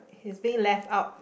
he's being left out